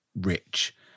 rich